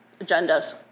agendas